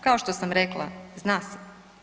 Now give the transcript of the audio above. Kao što sam rekla zna se.